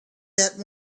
that